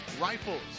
rifles